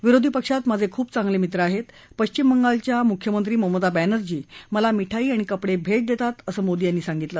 विरोधी पक्षात माझे खूप चांगले मित्र आहेत पश्विम बंगालच्या ममता बॅनर्जी मला मिठाई आणि कपडे भेट देतात असं मोदी यांनी सांगितलं